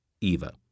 Eva